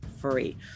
free